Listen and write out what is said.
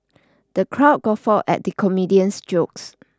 the crowd guffawed at the comedian's jokes